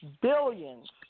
billions